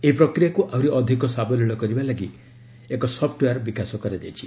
ଏହି ପ୍ରକ୍ରିୟାକୁ ଆହୁରି ଅଧିକ ସାବଲୀଳ କରିବା ପାଇଁ ଏକ ସପ୍ଟଓ୍ୱେୟାର୍ ବିକାଶ କରାଯାଇଛି